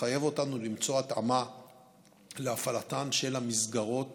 יחייב אותנו למצוא התאמה להפעלתן של המסגרות